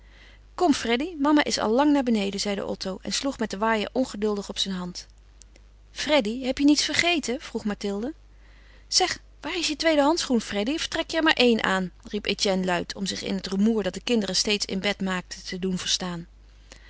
kom freddy mama is al lang naar beneden zeide otto en sloeg met den waaier ongeduldig op zijn hand freddy heb je niets vergeten vroeg mathilde zeg waar is je tweede handschoen freddy of trek je er maar een aan riep etienne luid om zich in het rumoer dat de kinderen steeds in bed maakten te doen verstaan